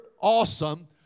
awesome